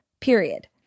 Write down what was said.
period